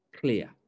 clear